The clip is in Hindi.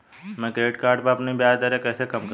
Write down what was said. मैं क्रेडिट कार्ड पर अपनी ब्याज दरें कैसे कम करूँ?